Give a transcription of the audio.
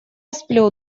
сплю